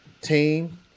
team